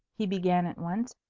he began at once.